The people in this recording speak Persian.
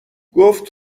گفت